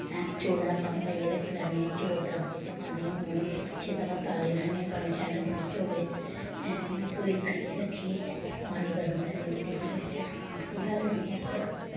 चौलें दा पानी पाइयै रक्खी लैन्नी आं चौल त्रांबड़ी च पान्नी आं उ'नेंगी अच्छी तरह् ताल्ली लैन्नी आं बंड शंड नी बिच्च होवै उ'नें धोई धाइयै रक्खियै पानी गर्म करनी पतीले बिच्च पतीला लैन्नी आं इक